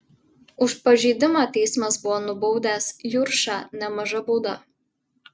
už pažeidimą teismas buvo nubaudęs juršą nemaža bauda